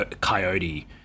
coyote